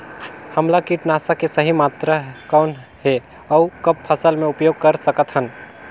हमला कीटनाशक के सही मात्रा कौन हे अउ कब फसल मे उपयोग कर सकत हन?